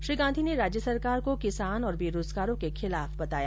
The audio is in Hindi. श्री गांधी ने राज्य सरकार को किसान और बेरोजगारों के खिलाफ बताया